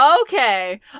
Okay